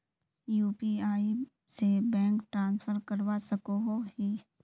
UPI से bank transfer करवा सकोहो ही?